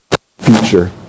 future